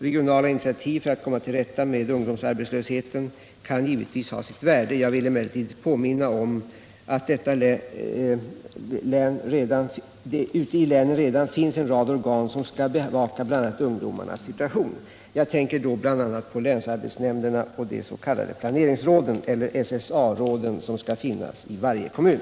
Regionala initiativ för att komma till rätta med ungdomsarbetslösheten kan givetvis ha sitt värde. Jag vill emellertid påminna om att det ute i länen redan finns en rad organ som skall bevaka bl.a. ungdomarnas situation. Jag tänker då bl.a. på länsarbetsnämnderna och dess.k. planeringsråden eller SSA råden, som skall finnas i varje kommun.